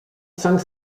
cinq